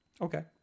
okay